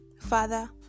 Father